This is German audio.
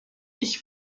ich